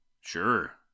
Sure